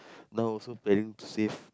now also planning to save